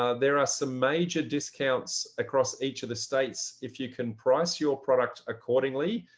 ah there are some major discounts across each of the states. if you can price your products accordingly,